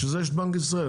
בשביל זה יש בנק ישראל.